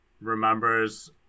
remembers